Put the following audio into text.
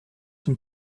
zum